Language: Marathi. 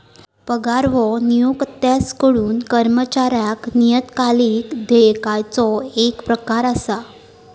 पगार ह्यो नियोक्त्याकडसून कर्मचाऱ्याक नियतकालिक देयकाचो येक प्रकार असा